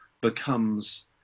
becomes